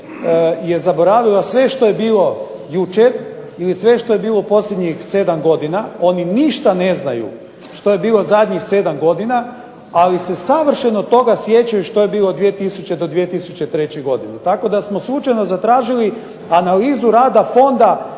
je zaboravila sve što je bilo jučer ili što je bilo u posljednjih 7 godina, oni ništa ne znaju što je bilo zadnjih 7 godina, ali se savršeno sjećaju što je bilo 2000. do 2003. godine, tako da smo slučajno zatražili analizu rada Fonda